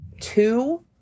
two